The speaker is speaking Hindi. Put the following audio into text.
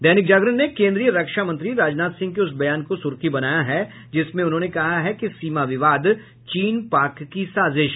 दैनिक जागरण ने केन्द्रीय रक्षा मंत्री राजनाथ सिंह के उस बयान को सुर्खी बनाया है जिसमें उन्होंने कहा है कि सीमा विवाद चीन पाक की साजिश